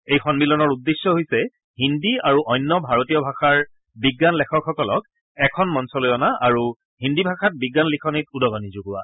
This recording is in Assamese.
এই সম্মিলনৰ উদ্দেশ্য হৈছে হিন্দী আৰু অন্য ভাৰতীয় ভাষাৰ বিজ্ঞান লেখকসকলক এখন মঞ্চলৈ অনা আৰু হিন্দী ভাষাত বিজ্ঞান লিখনিত উদগণি যোগোৱা